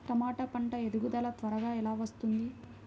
టమాట పంట ఎదుగుదల త్వరగా ఎలా వస్తుంది?